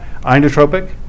Inotropic